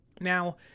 Now